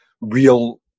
real